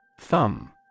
Thumb